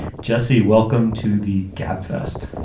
jesse, welcome to the gab fest.